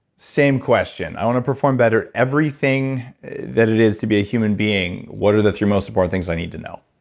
same question. i want to perform better everything that it is to be a human being. what are the three most important things i need to know?